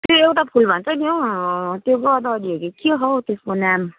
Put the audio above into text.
त्यो एउटा फुल भन्छ नि हौ त्यो गदावरी हो कि के हौ त्यसको नाम